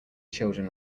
children